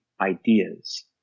ideas